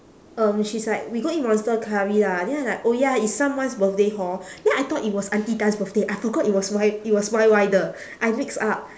um she's like we go eat monster curry lah then I'm like oh ya it's someone's birthday hor then I thought it was auntie tan's birthday I forgot it was it was Y_Y 的 I mix up